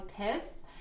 piss